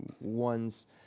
one's